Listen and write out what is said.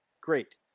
great